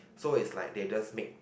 so is like they just make